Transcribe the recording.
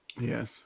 Yes